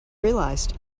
realized